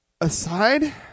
Aside